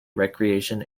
recreation